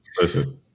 listen